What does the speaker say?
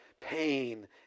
pain